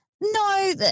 No